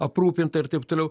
aprūpinta ir tai ptoliau